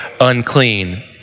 unclean